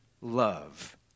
love